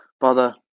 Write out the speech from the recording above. bother